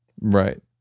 Right